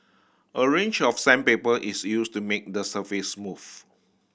a range of sandpaper is used to make the surface smooth